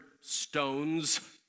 stones